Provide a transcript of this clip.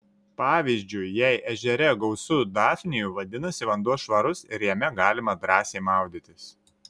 pavyzdžiui jei ežere gausu dafnijų vadinasi vanduo švarus ir jame galima drąsiai maudytis